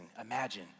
Imagine